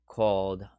called